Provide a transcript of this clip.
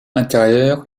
intérieure